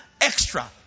extra